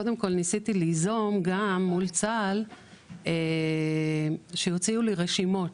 קודם כל ניסיתי ליזום גם מול צה"ל שיוציאו לי רשימות